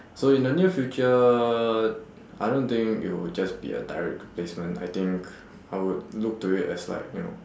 so in the the near future I don't think it will just be a direct replacement I think I would look to it as like you know